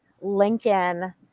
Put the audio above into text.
Lincoln